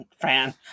Fran